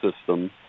system